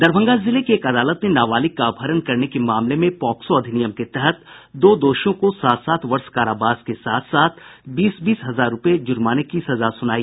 दरभंगा जिले की एक अदालत ने नाबालिग का अपहरण करने के मामले में पॉक्सो अधिनियम के तहत दो दोषियों को सात सात वर्ष कारावास के साथ बीस बीस हजार रुपये जुर्माने की सजा सुनाई